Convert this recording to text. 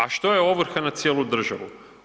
A što je ovrha na cijelu državu?